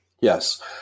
Yes